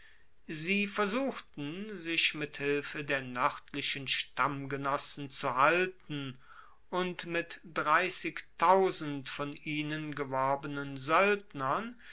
sie versuchten sich mit hilfe der noerdlichen stammgenossen zu halten und mit von ihnen geworbenen soeldnern